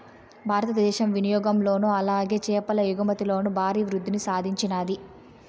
భారతదేశం వినియాగంలోను అలాగే చేపల ఎగుమతిలోను భారీ వృద్దిని సాధించినాది